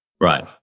Right